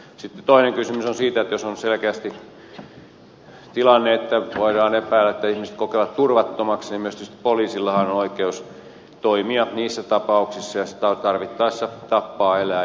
sitten jos on selkeästi tilanne että voidaan epäillä että ihmiset kokevat itsensä turvattomiksi niin poliisillahan on oikeus toimia niissä tapauksissa ja sitten tarvittaessa tappaa eläin